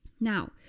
Now